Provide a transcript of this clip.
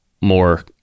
more